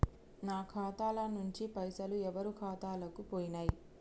నా ఖాతా ల నుంచి పైసలు ఎవరు ఖాతాలకు పోయినయ్?